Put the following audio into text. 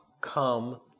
come